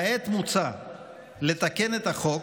כעת מוצע לתקן את החוק,